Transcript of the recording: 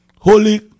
holy